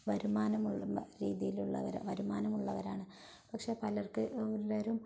വരുമാനമുള്ള രീതിയിലുള്ളവരാണ് വരുമാനമുള്ളവരാണ് പക്ഷെ പലർക്ക് ഉള്ളവരും